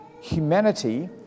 humanity